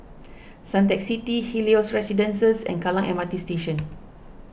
Suntec City Helios Residences and Kallang M R T Station